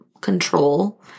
control